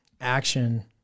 action